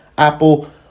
Apple